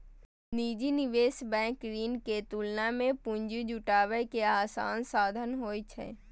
निजी निवेश बैंक ऋण के तुलना मे पूंजी जुटाबै के आसान साधन होइ छै